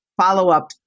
follow-up